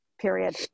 Period